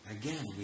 Again